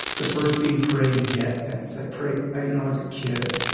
the first being pray to get things. i prayed ah you know as a kid.